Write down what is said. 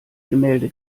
gemälde